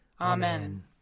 Amen